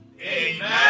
Amen